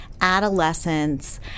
adolescence